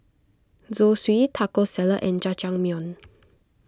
Zosui Taco Salad and Jajangmyeon